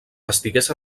estigués